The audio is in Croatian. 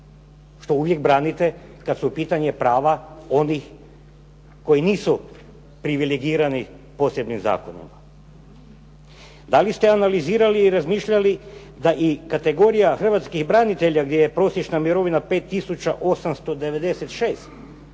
što uvijek branite kad su u pitanju prava onih koji nisu privilegirani posebnim zakonima. Da li ste analizirali i razmišljali da i kategorija hrvatskih branitelja, gdje je prosječna mirovina 5